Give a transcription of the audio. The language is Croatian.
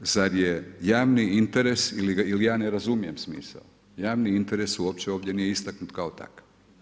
Sada je javni interes ili ja ne razumijem smisao, javni interes uopće ovdje nije istaknut kao takav.